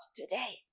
today